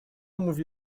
mówi